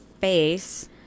face